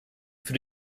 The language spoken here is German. für